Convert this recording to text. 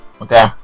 Okay